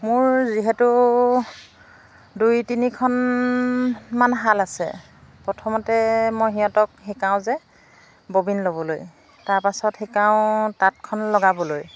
মোৰ যিহেতু দুই তিনিখনমান শাল আছে প্ৰথমতে মই সিহঁতক শিকাওঁ যে ববিন ল'বলৈ তাৰপাছত শিকাওঁ তাঁতখন লগাবলৈ